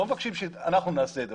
אנחנו לא מבקשים שאנחנו נעשה את זה,